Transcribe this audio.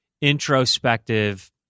introspective